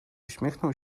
uśmiechnął